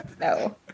No